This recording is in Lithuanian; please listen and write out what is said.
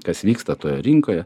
kas vyksta toje rinkoje